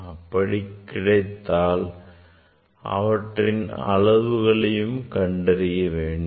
அப்படிக் கிடைத்தால் அவற்றின் அளவுகளை நாம் கண்டறியவேண்டும்